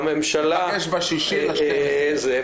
ניפגש ב-16.12.